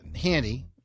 handy